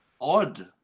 odd